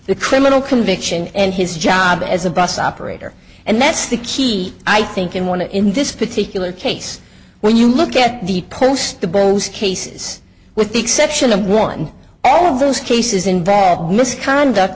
the criminal conviction and his job as a bus operator and that's the key i think in one in this particular case when you look at the close the bones cases with the exception of one all those cases invest misconduct